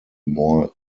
more